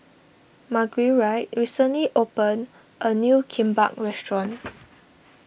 Marguerite recently opened a new Kimbap restaurant